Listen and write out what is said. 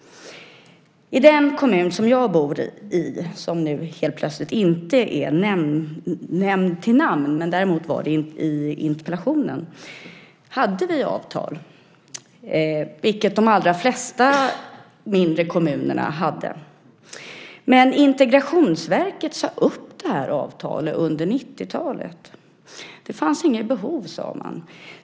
Den kommun som jag bor i är nu inte nämnd vid namn, men den var det i interpellationen. Där hade vi avtal. Det hade de allra flesta mindre kommuner. Integrationsverket sade upp det avtalet under 90-talet. Det fanns inget behov, sade man.